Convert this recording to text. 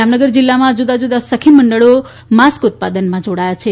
જામનગર જિલ્લામાં જુદા જુદા સખીમંડળો માસ્ક ઉત્પાદનમાં જોડાયા છે